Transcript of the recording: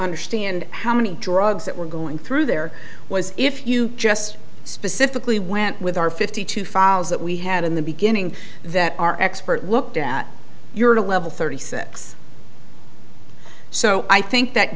understand how many drugs that were going through there was if you just specifically went with our fifty two files that we had in the beginning that our expert looked at your level thirty six so i think that